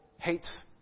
hates